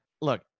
look